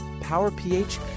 Power-PH